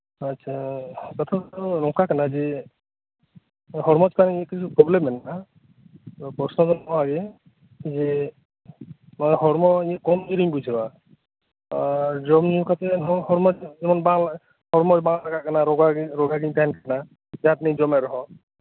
ᱟᱪᱷᱟ ᱠᱟᱛᱷᱟ ᱫᱚ ᱛᱟᱦᱚᱞᱮ ᱱᱚᱝᱠᱟ ᱠᱟᱱᱟ ᱦᱚᱲᱢᱚ ᱥᱟᱝ ᱤᱧᱟᱹᱜ ᱠᱤᱪᱷᱩ ᱯᱚᱵᱞᱮᱢ ᱢᱮᱱᱟᱜ ᱟ ᱛᱚ ᱯᱚᱥᱱᱚᱫᱚ ᱱᱚᱣᱟᱜᱤ ᱡᱮ ᱦᱚᱲᱢᱚ ᱤᱧ ᱠᱚᱢᱡᱩᱨᱤᱧ ᱵᱩᱡᱷᱟᱹᱣᱟ ᱟᱨ ᱡᱚᱢᱧᱩ ᱠᱟᱛᱮᱜ ᱦᱚᱸ ᱦᱚᱲᱢᱚᱜᱤ ᱵᱟᱝ ᱞᱟᱜᱟᱜ ᱠᱟᱱᱟ ᱨᱚᱜᱟᱜᱤᱧ ᱛᱟᱦᱮᱱ ᱠᱟᱱᱟ ᱡᱟᱦᱟᱛᱤᱱᱟᱹᱜ ᱤᱧ ᱡᱚᱢᱮᱫ ᱨᱮᱦᱚᱸ